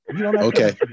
Okay